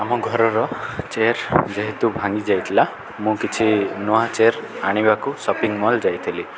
ଆମ ଘରର ଚେୟାର୍ ଯେହେତୁ ଭାଙ୍ଗି ଯାଇଥିଲା ମୁଁ କିଛି ନୂଆ ଚେୟାର୍ ଆଣିବାକୁ ସପିଂ ମଲ୍ ଯାଇଥିଲି